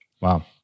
Wow